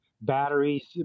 batteries